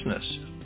business